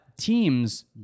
teams